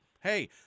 hey